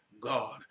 God